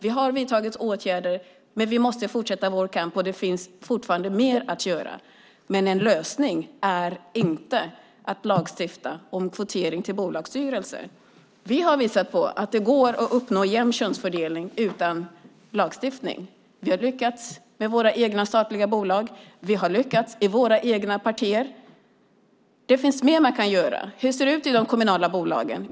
Vi har vidtagit åtgärder, men vi måste fortsätta vår kamp, och det finns fortfarande mer att göra. Det är inte en lösning att lagstifta om kvotering till bolagsstyrelser. Vi har visat att det går att uppnå jämn könsfördelning utan lagstiftning. Vi har lyckats med våra egna statliga bolag. Vi har lyckats i våra egna partier. Det finns mer man kan göra. Hur ser det ut i de kommunala bolagen?